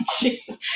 Jesus